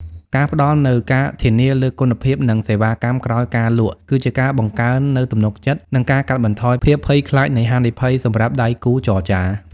ការផ្តល់នូវការធានាលើគុណភាព និងសេវាកម្មក្រោយការលក់ គឺជាការបង្កើននូវទំនុកចិត្ត និងការកាត់បន្ថយភាពភ័យខ្លាចនៃហានិភ័យសម្រាប់ដៃគូចរចា។